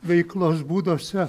veiklos būduose